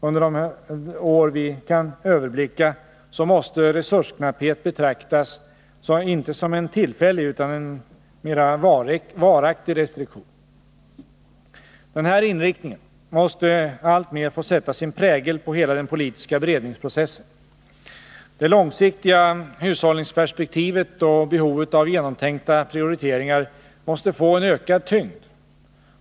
Under de år vi kan överblicka måste resursknapphet betraktas, inte som en tillfällig utan som en varaktig restriktion. Den här inriktningen måste alltmer få sätta sin prägel på hela den politiska beredningsprocessen. Det långsiktiga hushållninsperspektivet och behovet av genomtänkta prioriteringar måste få en ökad tyngd.